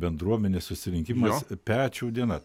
bendruomenės susirinkimas pečių diena